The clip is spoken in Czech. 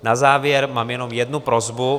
Na závěr mám jenom jednu prosbu.